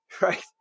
right